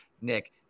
Nick